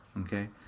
okay